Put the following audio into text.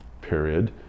period